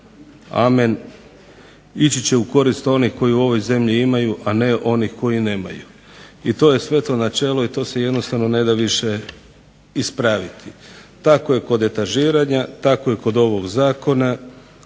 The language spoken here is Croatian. amen ići će u korist onih koji u ovoj zemlji imaju, a ne onih koji nemaju. I to je sveto načelo i to se jednostavno ne da više ispraviti. Tako je kod etažiranja, tako je kod ovog zakona,